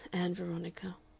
ann veronica,